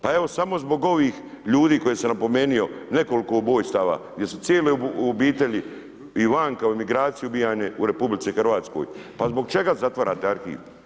Pa evo samo zbog ovih ljudi koje sam napomenio, nekoliko ubojstava, gdje su cijele obitelji i vanka u imigraciji ubijane u RH, pa zbog čega zatvarate arhiv?